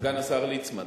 סגן השר ליצמן,